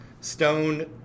stone